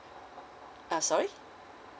ah sorry